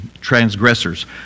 transgressors